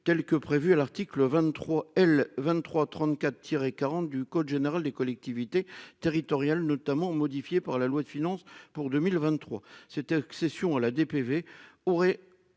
telle que prévue à l'article 23 elle 23 34 tirs 40 du code général des collectivités territoriales notamment modifié par la loi de finances pour 2023, c'était l'accession à la DPV aurait.